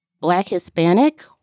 Black-Hispanic